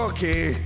Okay